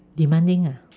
demanding ah